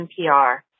NPR